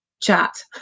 chat